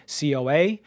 COA